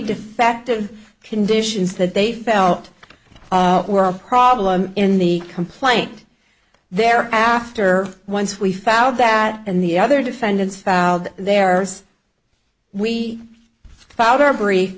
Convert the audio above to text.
defective conditions that they felt were a problem in the complaint there after once we found that and the other defendants filed there we filed our brief